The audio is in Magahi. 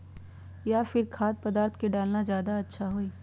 या फिर खाद्य पदार्थ डालना ज्यादा अच्छा होई?